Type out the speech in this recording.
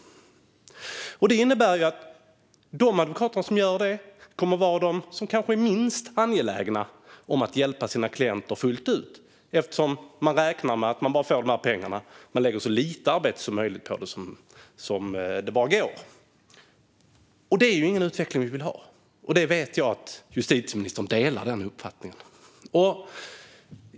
Det innebär också att de advokater som tar dessa mål kommer att vara de advokater som är minst angelägna om att hjälpa sina klienter fullt ut, eftersom de räknar med att de får bara dessa pengar. Då lägger de så lite arbete som möjligt på detta. Detta är ingen utveckling som vi vill ha. Och jag vet att justitieministern delar denna uppfattning.